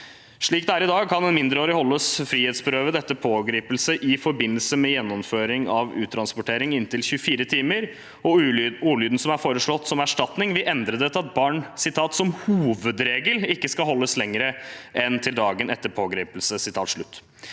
Slik det er i dag, kan en mindreårig holdes frihetsberøvet etter pågripelse i forbindelse med gjennomføring av uttransportering i inntil 24 timer. Den endrede ordlyden som er foreslått som erstatning, er at barn som hovedregel «ikke skal holdes lenger enn til dagen etter pågripelsen».